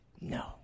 No